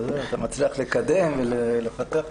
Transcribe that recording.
אתה מצליח לקדם ולפתח את זה.